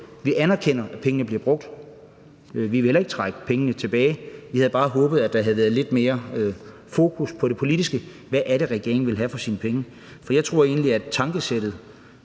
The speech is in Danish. Vi anerkender, at pengene bliver brugt, og vi vil heller ikke trække pengene tilbage, men vi havde bare håbet, at der havde været lidt mere fokus på det politiske, altså på, hvad det er, regeringen vil have for sine penge. For jeg tror egentlig, at tankesættet